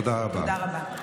תודה רבה.